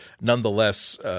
nonetheless –